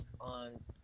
on